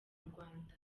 rwanda